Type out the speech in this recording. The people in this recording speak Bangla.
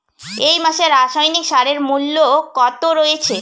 এই মাসে রাসায়নিক সারের মূল্য কত রয়েছে?